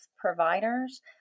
providers